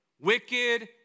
wicked